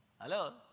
Hello